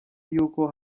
y’uko